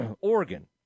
Oregon